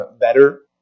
better